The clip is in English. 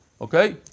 okay